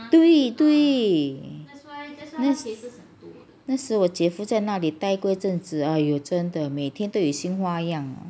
对对那时我姐夫在那里呆过一阵子 !aiyo! 真的每天都有新花样